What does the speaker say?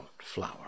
flower